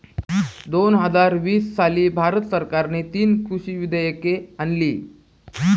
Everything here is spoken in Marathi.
दोन हजार वीस साली भारत सरकारने तीन कृषी विधेयके आणली